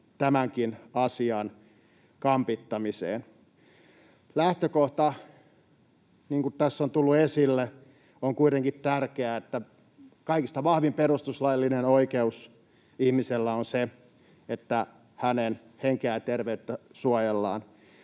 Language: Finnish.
tämänkin asian kampittamiseen. Niin kuin tässä on tullut esille, on kuitenkin tärkeä lähtökohta, että kaikista vahvin perustuslaillinen oikeus ihmisellä on se, että hänen henkeään ja terveyttään suojellaan.